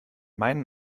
meinen